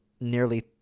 nearly